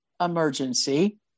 emergency